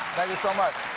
thank you so much.